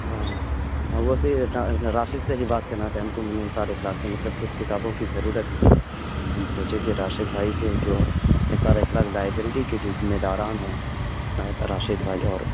او ویسے راشد سے ہی بات کرنا تھا ہم کو نثار اخلاق سے مطلب کچھ کتابوں کی ضرورت تھی ہم سوچے کہ راشد بھائی سے جو نثار اخلاق لائیبریری کے جو ذمہ داران ہیں راشد بھائی اور